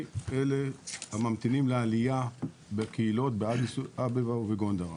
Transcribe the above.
אלה הממתינים לעלייה בקהילות באדיס אבבה ובגונדר.